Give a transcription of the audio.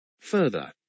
Further